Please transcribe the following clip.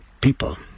people